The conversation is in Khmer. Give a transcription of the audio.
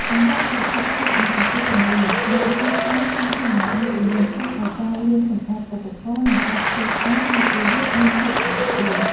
កង្វះប្រភពទឹក និងអគ្គិសនីនៅទីតាំងសាធារណៈមួយចំនួន ធ្វើឱ្យការលាងសម្អាតឧបករណ៍ និងការធ្វើការនៅពេលយប់មានភាពរអាក់រអួល។